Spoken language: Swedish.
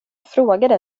frågade